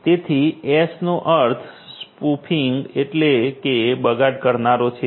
તેથી એસ નો અર્થ સ્પૂફીંગ એટલે કે બગાડ કરનારો છે